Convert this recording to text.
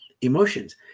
emotions